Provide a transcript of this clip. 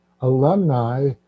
alumni